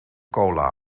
cola